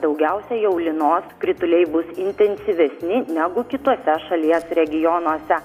daugiausia jau lynos krituliai bus intensyvesni negu kituose šalies regionuose